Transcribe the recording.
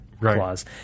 clause